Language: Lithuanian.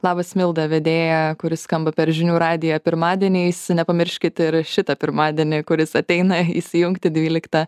labas milda vedėja kuri skamba per žinių radiją pirmadieniais nepamirškit ir šitą pirmadienį kuris ateina įsijungti dvyliktą